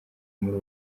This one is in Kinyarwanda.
muri